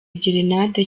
gerenade